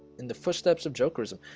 in the footsteps of joker ism.